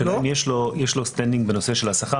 בשאלה אם יש לו זכות עמידה בנושא השכר,